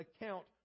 account